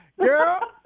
girl